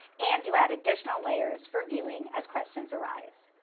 and to add additional layers for viewing as questions arise.